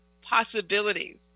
Possibilities